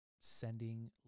sending